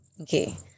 Okay